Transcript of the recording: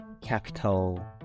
capital